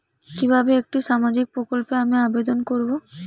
কিভাবে একটি সামাজিক প্রকল্পে আমি আবেদন করব?